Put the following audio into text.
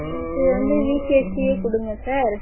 எனக்கு வந்து விகேசியே கொடுங்க சார்